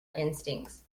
instincts